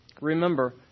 Remember